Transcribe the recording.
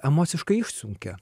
emociškai išsunkia